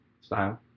style